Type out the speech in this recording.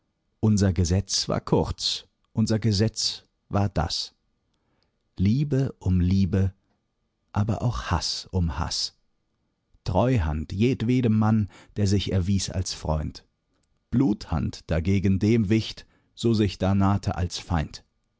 unser gesetz war kurz unser gesetz war das liebe um liebe aber auch haß um haß treuhand jedwedem mann der sich erwies als freund bluthand dagegen dem wicht so sich da nahte als feind